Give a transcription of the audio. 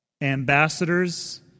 Ambassadors